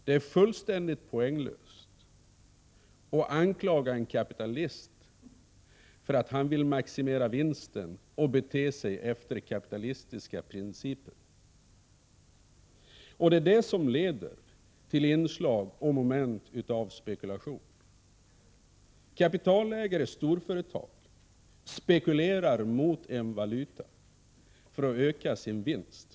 Det är fullständigt poänglöst att anklaga en kapitalist för att han vill maximera vinsten och bete sig efter kapitalistiska principer. Det är det som leder till inslag av spekulation. Kapitalägare och storföretag spekulerar mot en valuta för att öka sin vinst.